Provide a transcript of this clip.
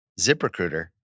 ZipRecruiter